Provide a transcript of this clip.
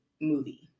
movie